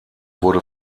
wurde